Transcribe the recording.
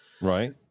right